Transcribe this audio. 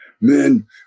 Man